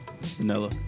Vanilla